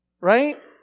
right